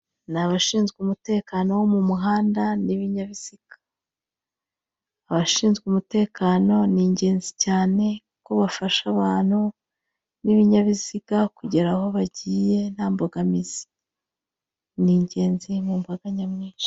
Ni abashinzwe umutekano wo mu muhanda n'ibinyabiziga, abashinzwe umutekano ni ingenzi cyane kuko bafasha abantu n'ibinyabiziga kugera aho bagiye nta mbogamizi, ni ingenzi mu mbaga nyamwinshi.